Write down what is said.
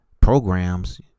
programs